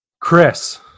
Chris